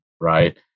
Right